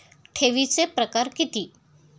ठेवीचे प्रकार किती?